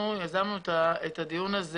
אנחנו יזמנו את הדיון המהיר.